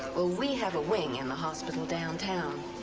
well, we have a wing in the hospital downtown.